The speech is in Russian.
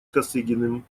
косыгиным